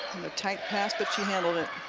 the tight pass, but she handled it.